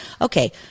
okay